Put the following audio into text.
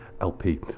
LP